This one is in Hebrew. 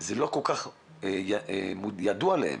זה לא כל כך ידוע להם.